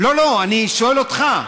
לא לא, אני שואל אותך.